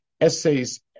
essays